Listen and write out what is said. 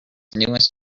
newest